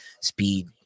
speed